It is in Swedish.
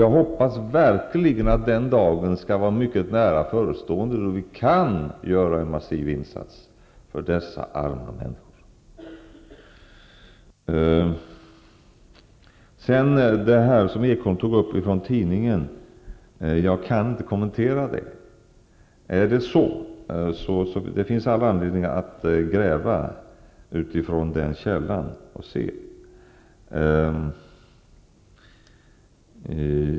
Jag hoppas verkligen att den dagen är mycket nära förestående då vi kan göra en massiv insats för dessa arma människor. Det som Berndt Ekholm tog upp med anledning av tidningsartikeln kan jag inte kommentera. Det finns all anledning att gräva utifrån den källan.